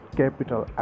capital